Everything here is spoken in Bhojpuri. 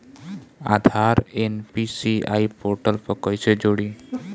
आधार एन.पी.सी.आई पोर्टल पर कईसे जोड़ी?